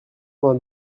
vingt